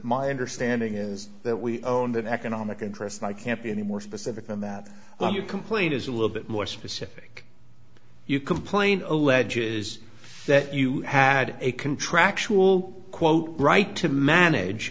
my understanding is that we own the economic interests and i can't be any more specific than that your complaint is a little bit more specific you complained alleges that you had a contractual quote right to manage